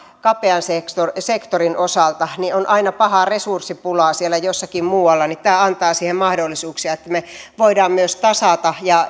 kapean sektorin osalta niin on aina pahaa resurssipulaa jossakin muualla tämä antaa siihen mahdollisuuksia että me voimme myös tasata ja